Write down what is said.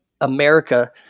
America